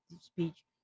speech